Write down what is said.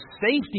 safety